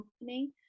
company